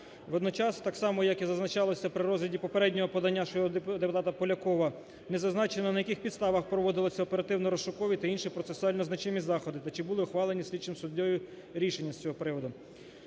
Водночас, так само, як і відзначалося при розгляді попереднього подання щодо депутата Полякова, не зазначено, на яких підставах проводилося оперативно-розшукові та інші процесуально значимі заходи та чи були ухвалені слідчим суддею рішення з цього приводу.